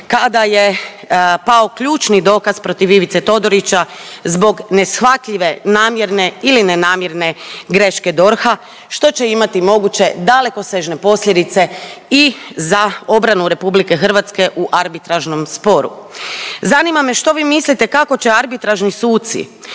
kada je pao ključni dokaz protiv Ivice Todorića zbog neshvatljive namjerne ili nenamjerne greške DORH-a što će imati moguće dalekosežne posljedice i za obranu RH u arbitražnom sporu. Zanima me što vi mislite kako će arbitražni suci